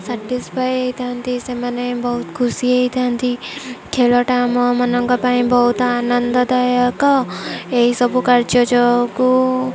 satisfy ହେଇଥାନ୍ତି ସେମାନେ ବହୁତ ଖୁସି ହେଇଥାନ୍ତି ଖେଳଟା ଆମମାନଙ୍କ ପାଇଁ ବହୁତ ଆନନ୍ଦଦାୟକ ଏହିସବୁ କାର୍ଯ୍ୟ ଯେଉଁକୁ